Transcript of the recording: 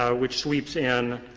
ah which sweeps in